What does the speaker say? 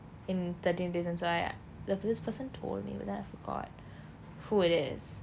in thirteen reasons why this person told me but then I forgot who it is